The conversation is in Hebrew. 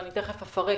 ומיד אפרט,